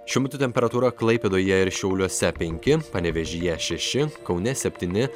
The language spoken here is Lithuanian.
šiuo metu temperatūra klaipėdoje ir šiauliuose penki panevėžyje šeši kaune septyni